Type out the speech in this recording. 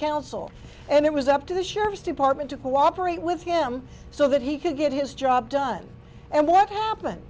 council and it was up to the sheriff's department to cooperate with him so that he could get his job done and what happened